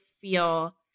feel